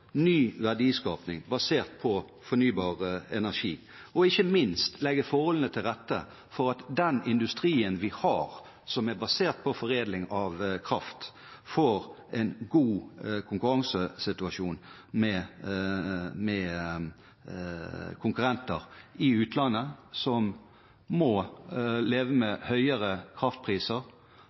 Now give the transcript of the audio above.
ny verdiskaping basert på fornybar energi, og ikke minst legge forholdene til rette for at den industrien vi har, som er basert på foredling av kraft, får en god konkurransesituasjon i forhold til konkurrenter i utlandet som må leve med høyere kraftpriser